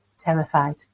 terrified